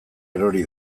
erori